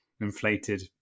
inflated